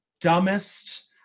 dumbest